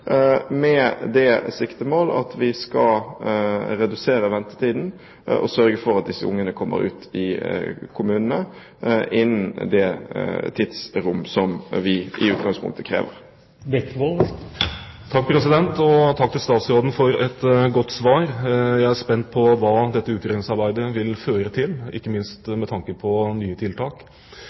med det siktemål at vi skal redusere ventetiden og sørge for at disse barna kommer ut i kommunene innen det tidsrom som vi i utgangspunktet krever. Takk til statsråden for et godt svar. Vi er spent på hva dette utredningsarbeidet vil føre til, ikke minst med tanke på nye tiltak.